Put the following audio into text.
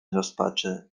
rozpaczy